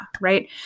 right